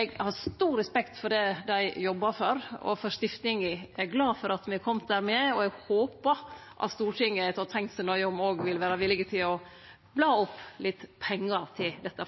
Eg har stor respekt for det dei jobbar for, og for stiftinga. Eg er glad for at me er komne med der, og eg håpar at Stortinget, etter å ha tenkt seg nøye om, vil vere villig til å bla opp litt pengar til dette